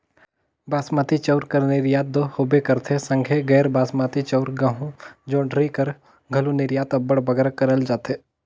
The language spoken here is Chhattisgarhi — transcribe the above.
बासमती चाँउर कर निरयात दो होबे करथे संघे गैर बासमती चाउर, गहूँ, जोंढरी कर घलो निरयात अब्बड़ बगरा करल जाथे